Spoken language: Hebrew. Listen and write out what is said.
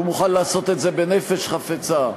הוא מוכן לעשות את זה, בנפש חפצה,